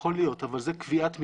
יכול להיות, אבל זאת קביעת משרות.